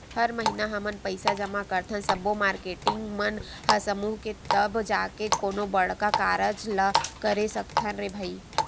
हर महिना हमन पइसा जमा करथन सब्बो मारकेटिंग मन ह समूह के तब जाके कोनो बड़का कारज ल करे सकथन रे भई